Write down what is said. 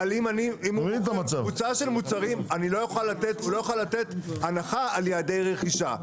על קבוצה של מוצרים הוא לא יוכל לתת הנחה על יעדי רכישה.